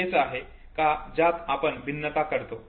हे तेच आहे का ज्यात आपण भिन्नता करतो